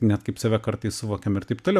net kaip save kartais suvokiam ir taip toliau